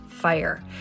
fire